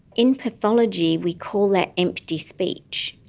in pathology we call that empty speech,